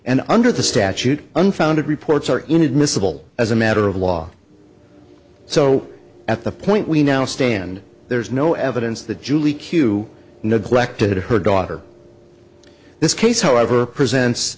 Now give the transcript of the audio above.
and under the statute unfounded reports are inadmissible as a matter of law so at the point we now stand there's no evidence that julie q neglected her daughter this case however presents